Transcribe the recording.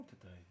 today